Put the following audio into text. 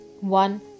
One